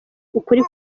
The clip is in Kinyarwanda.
ukuri